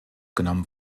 genommen